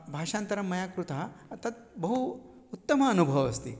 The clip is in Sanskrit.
भाषान्तरः मया कृतः तत् बहु उत्तमः अनुभवः अस्ति